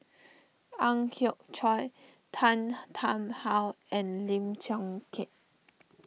Ang Hiong Chiok Tan Tarn How and Lim Chong Keat